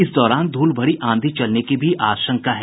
इस दौरान धूलभरी आंधी चलने की भी आशंका है